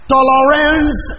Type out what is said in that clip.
Tolerance